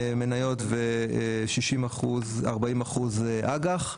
מניות, ו-40% אג"ח.